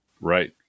right